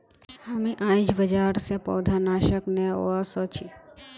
हामी आईझ बाजार स पौधनाशक ने व स छि